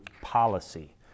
policy